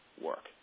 work